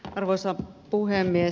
arvoisa puhemies